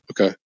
Okay